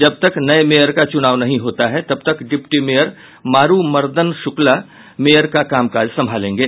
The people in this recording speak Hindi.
जब तक नये मेयर का चुनाव नहीं होता है तब तक डिप्टी मेयर मारू मरदन शुक्ला मेयर का कामकाज संभालेंगे